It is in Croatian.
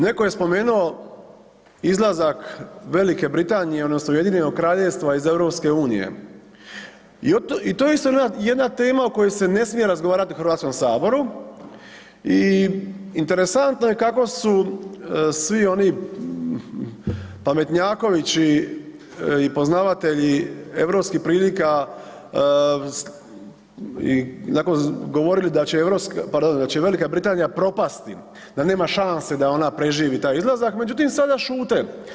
Neko je spomenuo izlazak Velike Britanije odnosno Ujedinjenog Kraljevstva iz EU i to je isto jedna tema o kojoj se ne smije razgovarati u HS i interesantno je kako su svi oni pametnjakovići i poznavatelji europskih prilika govorili da će europska, pardon, da će Velika Britanija propasti, da nema šanse da ona preživi taj izlazak, međutim sada šute.